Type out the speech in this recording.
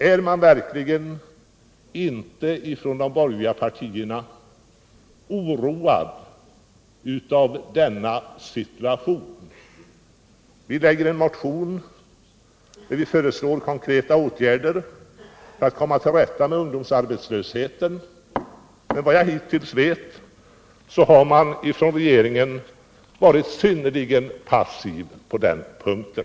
Är man inom de borgerliga partierna verkligen inte oroad av denna situation? Vi har väckt motioner där vi föreslagit konkreta åtgärder för att komma till rätta med ungdomsarbetslösheten. Enligt min uppfattning har regeringen varit synnerligen passiv på den punkten.